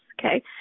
Okay